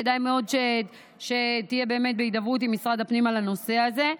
כדאי שתהיה הידברות עם משרד הפנים על הנושא הזה.